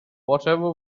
whatever